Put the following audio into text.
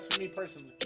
me personally,